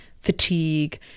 fatigue